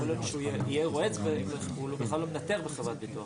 יכול להיות שהוא יהיה יועץ והוא בכלל לא מנתח בחברת ביטוח.